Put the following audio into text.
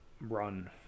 run